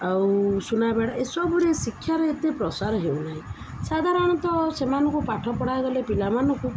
ଆଉ ସୁନାବେଡ଼ା ଏସବୁରେ ଶିକ୍ଷାର ଏତେ ପ୍ରସାର ହେଉ ନାହିଁ ସାଧାରଣତଃ ସେମାନଙ୍କୁ ପାଠ ପଢ଼ା ଗଲେ ପିଲାମାନଙ୍କୁ